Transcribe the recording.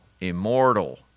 immortal